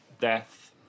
death